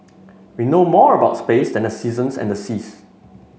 we know more about space than the seasons and seas